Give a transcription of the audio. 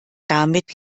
damit